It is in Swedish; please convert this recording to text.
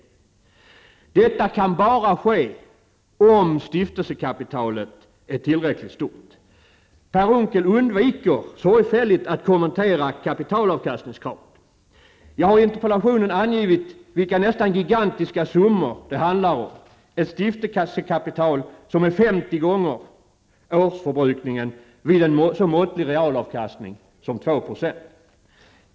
Detta kan bara ske om stiftelsekapitalet är tillräckligt stort. Per Unckel undviker sorgfälligt att kommentera kapitalavkastningskravet. Jag har i interpellationen angivit vilka nästan gigantiska summor det handlar om: ett stiftelsekapital som är femtio gånger årsförbrukningen vid en så måttlig realavkastning som 2 %.